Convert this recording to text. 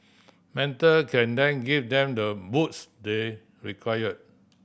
mentor can then give them the boost they require